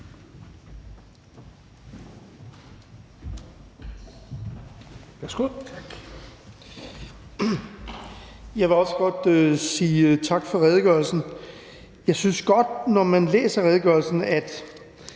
Jeg vil også godt sige tak for redegørelsen. Jeg synes godt, at man, når man læser redegørelsen, kan